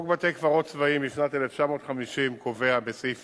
התשע"ב 2012. חוק בתי-קברות צבאיים משנת 1950 קובע בסעיף